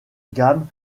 gamme